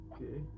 Okay